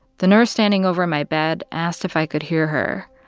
the nurse standing over my bed asked if i could hear her.